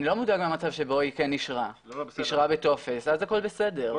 אני לא מודאג מהמצב שבו היא כן אישרה בטופס ואז הכול בסדר.